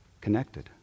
connected